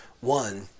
One